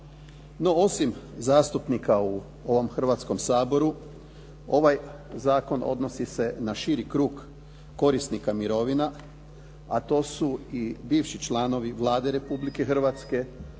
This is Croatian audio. osim zastupnika u ovom Hrvatskom saboru, ovaj zakon odnosi se na širi krug korisnika mirovina, a to su i bivši članovi Vlade Republike Hrvatske,